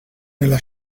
nella